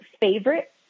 favorite